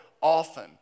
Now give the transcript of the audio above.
often